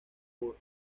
por